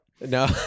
No